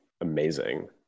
amazing